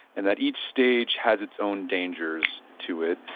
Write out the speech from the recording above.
and that each stage has its own dangers to it.